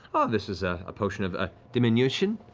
this is a potion of ah diminution.